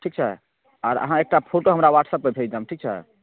ठीक छै आओर अहाँ एकटा फोटो हमरा व्हाट्सपपर भेज देब ठीक छै